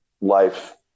life